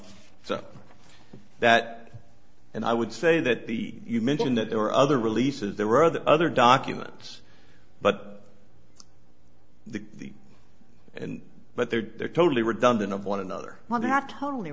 so that and i would say that the you mentioned that there were other releases there were the other documents but the and but they're they're totally redundant of one another on